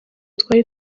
twari